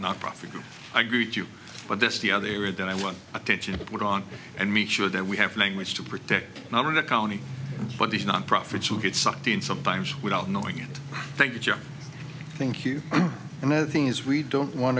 nonprofit group i greet you but this is the other area that i want attention put on and make sure that we have language to protect our county but these non profits will get sucked in sometimes without knowing it thank you thank you and the other thing is we don't want